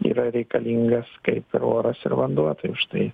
yra reikalingas kaip ir oras ir vanduo tai už tai